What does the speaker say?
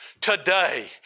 Today